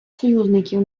союзників